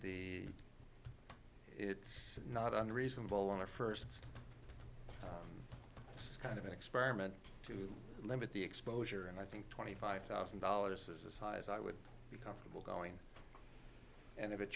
the it's not unreasonable on a first this is kind of an experiment to limit the exposure and i think twenty five thousand dollars is a size i would be comfortable going and if it